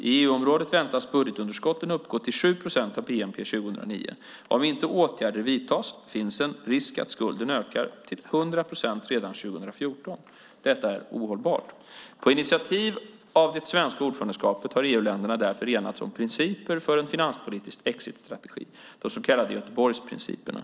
I EU-området väntas budgetunderskottet uppgå till ca 7 procent av bnp 2009. Om inte åtgärder vidtas finns risk att skulden ökar till 100 procent redan 2014. Detta är ohållbart. På initiativ av det svenska ordförandeskapet har EU-länderna därför enats om principer för en finanspolitisk exitstrategi, de så kallade Göteborgsprinciperna.